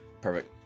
Perfect